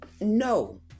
No